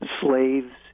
slaves